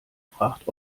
fragt